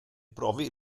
brofi